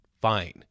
fine